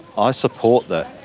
i support that,